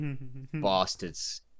bastards